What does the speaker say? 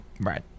right